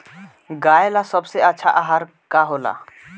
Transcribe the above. गाय ला सबसे अच्छा आहार का होला?